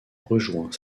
rejoint